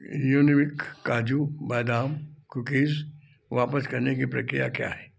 युनिबिक काजू बादाम कुकीज़ वापस करने की प्रक्रिया क्या है